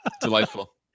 Delightful